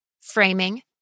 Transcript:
framing